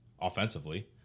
offensively